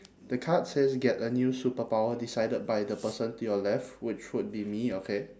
the card says get a new superpower decided by the person to your left which would be me okay